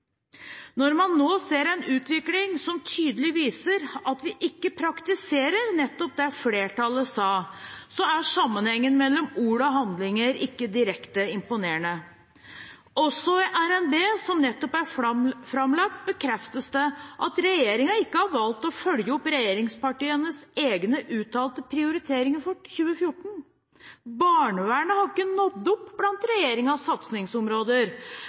Når man nå ser en utvikling som tydelig viser at vi ikke praktiserer nettopp det flertallet sa, er sammenhengen mellom ord og handlinger ikke direkte imponerende. Også i RNB, som nettopp er framlagt, bekreftes det at regjeringen ikke har valgt å følge opp regjeringspartienes egne uttalte prioriteringer for 2014. Barnevernet har ikke nådd opp blant regjeringens satsingsområder,